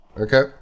okay